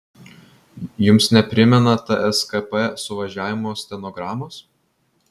jums neprimena tskp suvažiavimo stenogramos